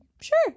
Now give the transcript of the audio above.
sure